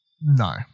no